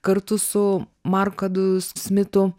kartu su markadu smitu